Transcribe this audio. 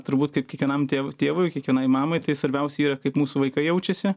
turbūt kaip kiekvienam tėvui tėvui kiekvienai mamai tai svarbiausia yra kaip mūsų vaikai jaučiasi